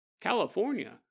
California